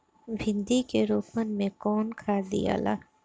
भिंदी के रोपन मे कौन खाद दियाला?